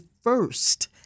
first